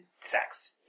sex